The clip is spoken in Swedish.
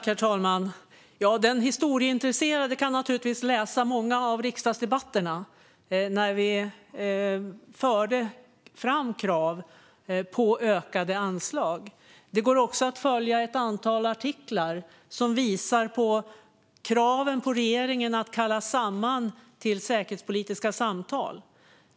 Herr talman! Ja, den historieintresserade kan naturligtvis läsa många av de riksdagsdebatter där vi förde fram krav på ökade anslag. Det går också att följa ett antal artiklar som visar kraven på regeringen att kalla samman till säkerhetspolitiska samtal.